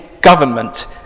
government